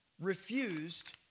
refused